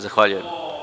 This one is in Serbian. Zahvaljujem.